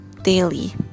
daily